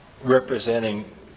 representing